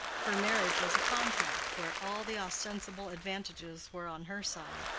her marriage was a contract where all the ostensible advantages were on her side,